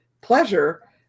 pleasure